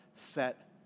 set